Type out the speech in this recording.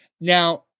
Now